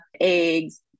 eggs